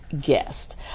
guest